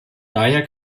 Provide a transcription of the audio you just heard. daher